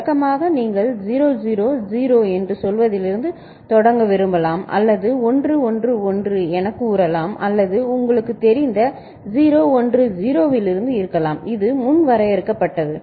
வழக்கமாக நீங்கள் 0 0 0 என்று சொல்வதிலிருந்து தொடங்க விரும்பலாம் அல்லது 1 1 1 எனக் கூறலாம் அல்லது அது உங்களுக்குத் தெரிந்த 0 1 0 இலிருந்து இருக்கலாம் இது முன் வரையறுக்கப்பட்டது